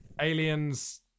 Aliens